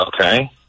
Okay